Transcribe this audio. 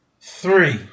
three